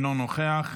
אינו נוכח,